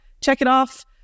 check-it-off